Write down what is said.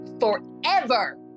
forever